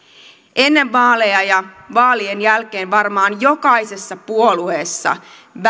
ennen vaaleja ja vaalien jälkeen varmaan jokaisessa puolueessa